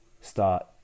start